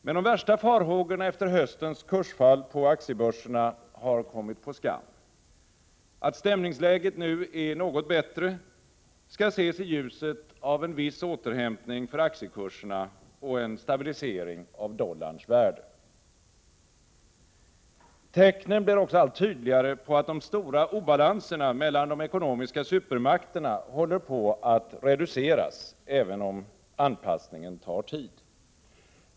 Men de värsta farhågorna efter höstens kursfall på aktiebörserna har kommit på skam. Att stämningsläget nu är något bättre skall ses i ljuset av en viss återhämtning för aktiekurserna och en stabilisering av dollarns värde. Tecknen blir också allt tydligare på att de stora obalanserna mellan de ekonomiska supermakterna håller på att reduceras, även om anpassningen tar tid.